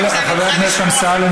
חבר הכנסת אמסלם,